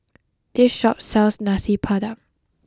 this shop sells Nasi Padang